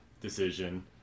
decision